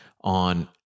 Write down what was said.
on